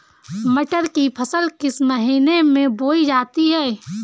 मटर की फसल किस महीने में बोई जाती है?